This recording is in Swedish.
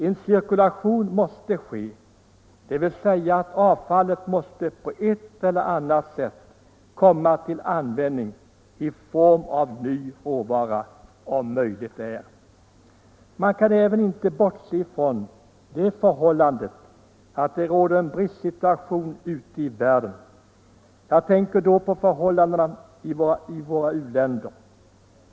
En cirkulation måste ske, dvs. avfallet måste på ett eller annat sätt komma till användning i form av ny råvara. Man kan inte heller bortse från att det råder en bristsituation ute i världen. Jag tänker då på förhållandena i u-länderna.